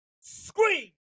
scream